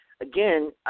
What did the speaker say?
again